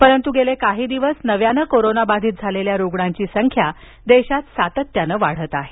परंतु गेले काही दिवस नव्याने कोरोनाबाधित झालेल्या रुग्णांची संख्या देशात सातत्यानं वाढत आहे